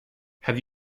have